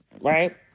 Right